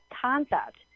concept